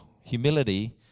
humility